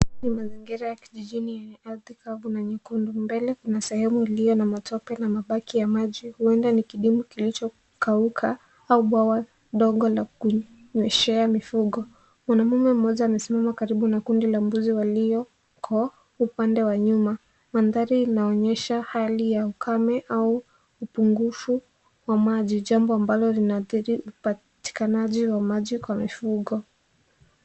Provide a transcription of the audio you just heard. Ni mazingira ya kijijini yenye ardhi kavu na nyekundu. Mbele kuna sehemu iliyo na matope na mabaki ya maji huenda ni kidimbwi kilichokauka au bwawa ndogo la kunyweshea mifugo. Mwanamume mmoja anasimama karibu na kundi la mbuzi walioko upande wa nyuma. Mandhari inaonyesha hali ya ukame au upungufu wa maji jambo ambalo linaadhiri upatikanaji wa maji kwa mifugo.